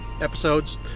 episodes